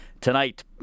tonight